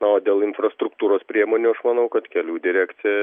na o dėl infrastruktūros priemonių aš manau kad kelių direkcija